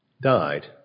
died